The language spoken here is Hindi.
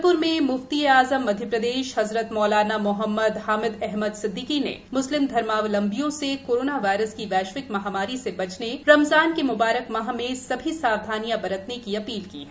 जबलप्र में म्फ्ती ए आजम मध्यप्रदेश हजरत मौलाना मोहम्मद हामिद अहमद सिद्दीकी ने मुस्लिम धर्मावलम्बियों से कोरोना वायरस की वैश्विक महामारी से बचने रमजान के मुंबारक माह में सभी सावधानियाँ बरतने अपील की है